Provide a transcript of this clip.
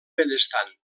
benestant